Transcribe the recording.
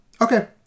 Okay